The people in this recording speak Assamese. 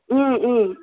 ওম ওম